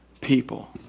people